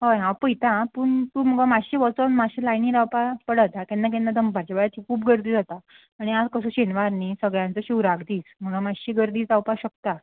हय हांव पळयतां पूण तूं मुगो मात्शें वचोन मात्शें लायणी रावपा पडत हांव केन्ना केन्ना दनपारच्या वेळारची खूबगर्दी जाता आणी आं कसो शेनवार न्ही सगळ्यांचो शिवराक दीस म्हणो मात्शी गर्दी जावपा शकता